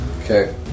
Okay